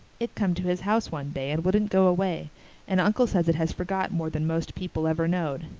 it come to his house one day and woudent go away and unkle says it has forgot more than most people ever knowed.